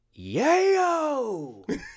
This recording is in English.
Yayo